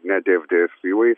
ne dfds seaways